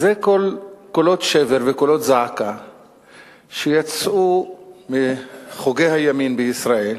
זה קולות שבר וקולות זעקה שיצאו מחוגי הימין בישראל